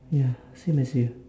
ya same as you